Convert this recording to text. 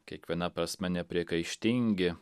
kiekviena prasme nepriekaištingi